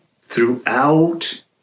throughout